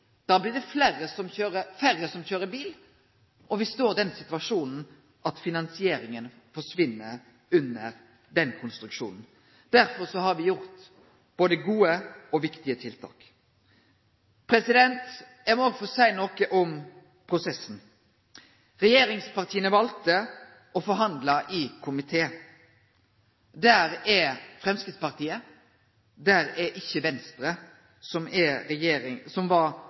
da i den situasjonen at finansieringa forsvinn under den konstruksjonen. Derfor har me gjort både gode og viktige tiltak. Eg må òg få seie noko om prosessen. Regjeringspartia valde å forhandle i komité. Der er Framstegspartiet, der er ikkje Venstre, som bl.a. var partnar i forliket i 2008. Men eg er